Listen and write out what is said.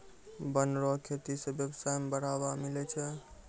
वन रो खेती से व्यबसाय में बढ़ावा मिलै छै